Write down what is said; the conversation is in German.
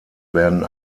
werden